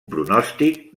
pronòstic